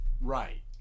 Right